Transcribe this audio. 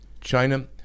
China